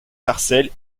sarcelles